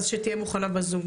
אז שתהיה מוכנה בזום.